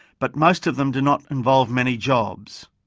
but most of them do not involve many jobs.